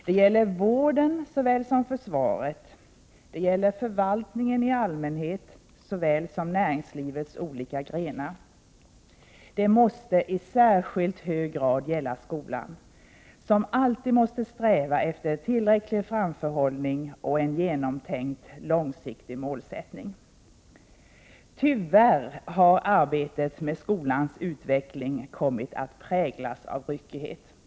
Det gäller vården lika väl som försvaret, det gäller förvaltningen i allmänhet lika väl som näringslivets olika grenar. Det måste i särskilt hög grad gälla skolan, som alltid måste sträva efter tillräcklig framförhållning och en genomtänkt långsiktig målsättning. Tyvärr har arbetet med skolans utveckling kommit att präglas av ryckighet.